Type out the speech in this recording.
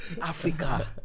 Africa